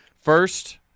First